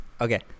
okay